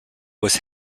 was